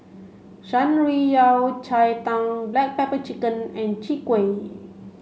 Shan Rui Yao Cai Tang black pepper chicken and Chwee Kueh